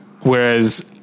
whereas